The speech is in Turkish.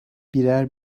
birer